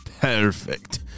Perfect